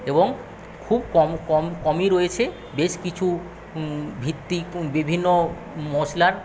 এবং খুব কমই রয়েছে বেশ কিছু ভিত্তিক বিভিন্ন মশলার